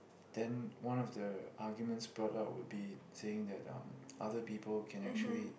than one of the arguments brought up will be saying that um other people can actually